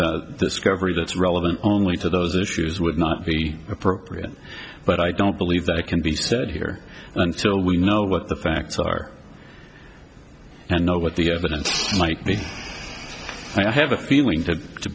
discovery that's relevant only to those issues would not be appropriate but i don't believe that it can be said here until we know what the facts are and know what the evidence might be i have a feeling to to